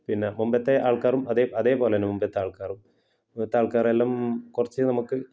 പിന്ന മുമ്പത്തെ ആൾക്കാരും അതേ അതേപോലെ തന്നെ മുമ്പത്തെ ആൾക്കാരും മൂത്ത ആൾക്കാരെല്ലാം കുറച്ച് നമുക്ക്